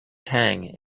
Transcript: tang